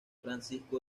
francisco